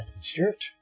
stewart